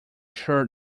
sure